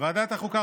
ועדת החוקה,